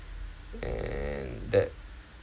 and that